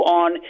on